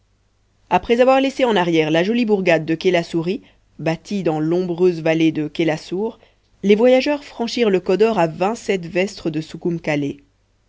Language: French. après avoir laissé en arrière la jolie bourgade de kélasouri bâtie dans l'ombreuse vallée de kélassur les voyageurs franchirent le kodor à vingt-sept verstes de